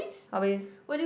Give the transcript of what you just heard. how is